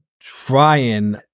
Trying